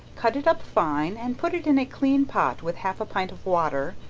cut it up fine and put it in a clean pot with half a pint of water,